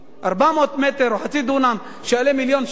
400 מטר או חצי דונם שיעלה מיליון שקל?